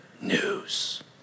news